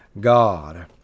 God